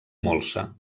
molsa